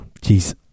jeez